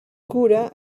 cura